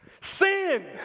Sin